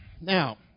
Now